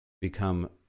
become